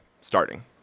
starting